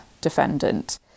defendant